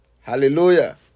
Hallelujah